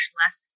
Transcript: less